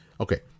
Okay